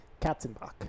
Katzenbach